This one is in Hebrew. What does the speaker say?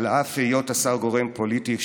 על אף היות השר גורם פוליטי,